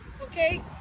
Okay